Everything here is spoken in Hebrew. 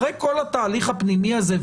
אחרי כל התהליך הפנימי הזה,